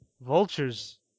vultures